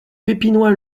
pépinois